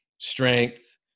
strength